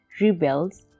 rebels